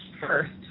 first